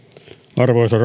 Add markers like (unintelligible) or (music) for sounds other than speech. arvoisa (unintelligible)